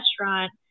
restaurant